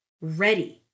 ready